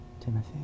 Timothy